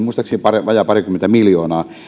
muistaakseni vajaa parikymmentä miljoonaa